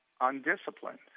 undisciplined